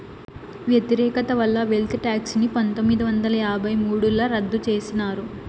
వ్యతిరేకత వల్ల wealth tax ని పందొమ్మిది వందల యాభై మూడుల రద్దు చేసినారు